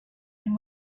and